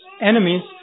enemies